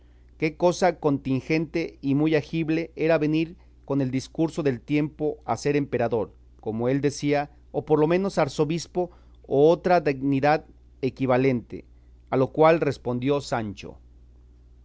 que cosa contingente y muy agible era venir con el discurso del tiempo a ser emperador como él decía o por lo menos arzobispo o otra dignidad equivalente a lo cual respondió sancho